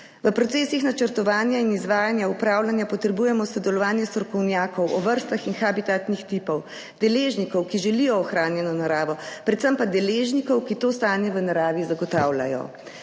v procesih načrtovanja in izvajanja upravljanja potrebujemo sodelovanje strokovnjakov o vrstah in habitatnih tipov, deležnikov, ki želijo ohranjeno naravo, predvsem pa deležnikov, ki to stanje v naravi zagotavljajo.